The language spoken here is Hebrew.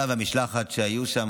אתה והמשלחת שהייתה שם.